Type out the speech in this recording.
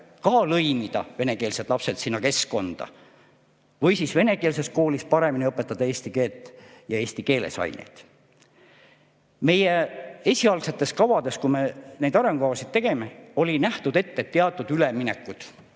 ka lõimida venekeelsed lapsed sinna keskkonda, või siis venekeelses koolis, kus tuleb paremini õpetada eesti keelt ja aineid eesti keeles. Meie esialgsetes kavades, kui me neid arengukavasid tegime, oli nähtud ette teatud üleminek